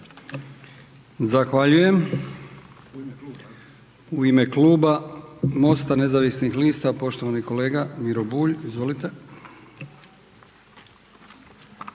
Zahvaljujem. U ime Klub zastupnika MOST-a Nezavisnih lista poštovani kolega Miro Bulj. Izvolite.